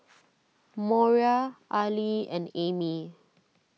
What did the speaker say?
Moriah Arly and Amy